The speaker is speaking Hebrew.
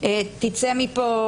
הוועדה, תצא מפה